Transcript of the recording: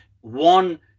one